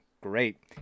Great